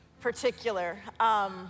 particular